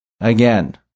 Again